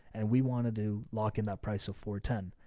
and we wanted to lock in that price of four ten.